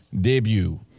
debut